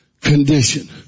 condition